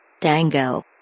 Dango